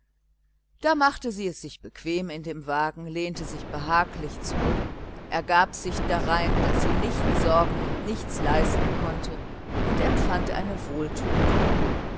da machte sie es sich bequem in dem wagen lehnte sich behaglich zurück ergab sich darein daß sie nicht sorgen und nichts leisten konnte und empfand eine wohltuende ruhe